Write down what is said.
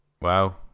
wow